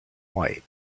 white